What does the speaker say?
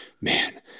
man